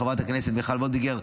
חברת הכנסת מיכל וולדיגר,